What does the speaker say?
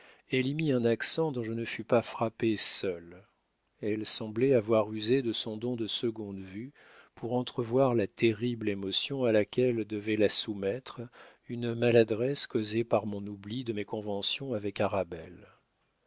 elle y mit un accent dont je ne fus pas frappé seul elle semblait avoir usé de son don de seconde vue pour entrevoir la terrible émotion à laquelle devait la soumettre une maladresse causée par mon oubli de mes conventions avec arabelle